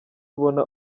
ubona